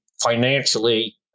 financially